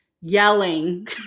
yelling